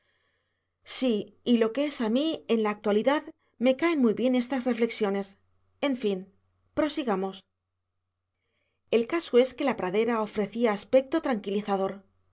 sí y lo que es a mí en la actualidad me caen muy bien estas reflexiones en fin prosigamos el caso es que la pradera ofrecía aspecto tranquilizador